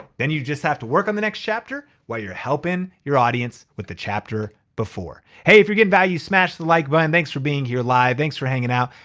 then you just have to work on the next chapter while you're helping your audience with the chapter before. hey, if you're getting value, smash the like button. and thanks for being here live. thanks for hanging out.